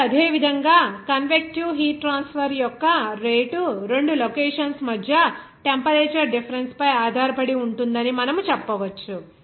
ఇప్పుడు అదే విధంగా కన్వెక్టివ్ హీట్ ట్రాన్స్ఫర్ యొక్క రేటు రెండు లొకేషన్స్ మధ్య టెంపరేచర్ డిఫరెన్స్ పై ఆధారపడి ఉంటుందని మనము చెప్పవచ్చు